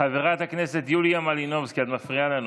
חברת הכנסת יוליה מלינובסקי, את מפריעה לנו.